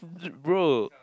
dude bro